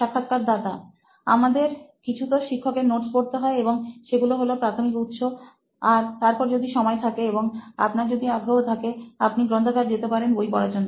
সাক্ষাৎকারদাতা আমাদের কিছু তো শিক্ষক এর নোটস পড়তে হয় এবং সেগুলো হলো প্রাথমিক উৎস আর তারপর যদি সময় থাকে এবং আপনার যদি আগ্রহ থাকে আপনি গ্রন্থাগার যেতে পারেন বই পড়ার জন্য